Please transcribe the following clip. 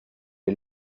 est